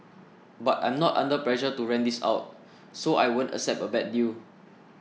but I'm not under pressure to rent this out so I won't accept a bad deal